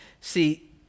See